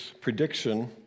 prediction